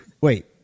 wait